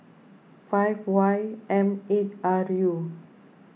five Y M eight R U